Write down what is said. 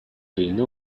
жыйыны